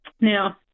Now